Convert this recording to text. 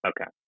Okay